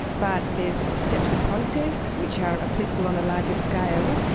but there's steps of process which are applicable on a larger scale,